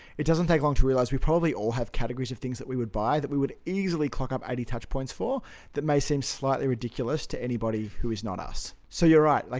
it doesn't take long to realize we probably all have categories of things that we would buy that we would easily clock up eighty touchpoints for that may seem slightly ridiculous to anybody who is not us. so you're right, like